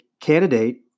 candidate